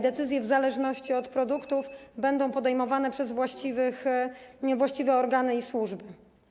Decyzje w zależności od produktów będą podejmowane przez właściwe organy i służby.